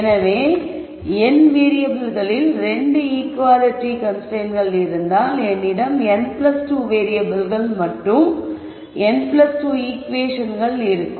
எனவே n வேறியபிள்களில் 2 equality கன்ஸ்ரைன்ட்கள் இருந்தால் என்னிடம் n2 வேறியபிள்கள் மற்றும் n2 ஈகுவேஷன்கள் இருக்கும்